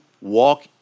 walk